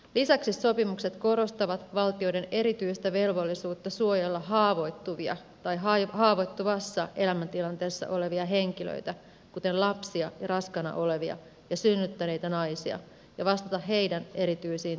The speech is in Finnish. lisäksi sopimukset korostavat valtioiden erityistä velvollisuutta suojella haavoittuvia tai haavoittuvassa elämäntilanteessa olevia henkilöitä kuten lapsia ja raskaana olevia ja synnyttäneitä naisia ja vastata heidän erityisiin terveystarpeisiinsa